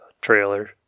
trailer